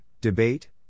debate